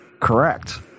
correct